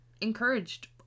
encouraged